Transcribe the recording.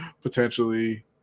potentially